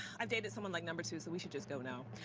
i've dated someone like number two, so we should just go no.